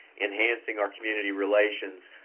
enhancing our community relations.